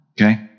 Okay